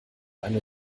eine